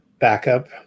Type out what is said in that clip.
backup